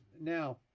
Now